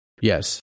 Yes